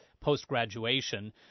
post-graduation